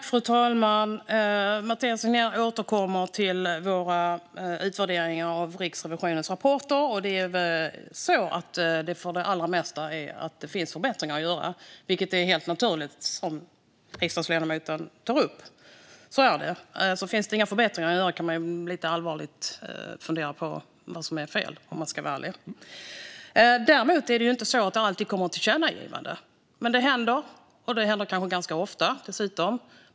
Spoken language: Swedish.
Fru talman! Mathias Tegnér återkommer till våra utvärderingar av Riksrevisionens rapporter. Det finns väl för det mesta förbättringar att göra. Det är helt naturligt, precis som riksdagsledamoten säger. Om det inte finns förbättringar att göra kan man ärligt talat fundera på vad som är fel. Däremot kommer det inte alltid tillkännagivanden. Det händer, och det händer kanske dessutom ganska ofta.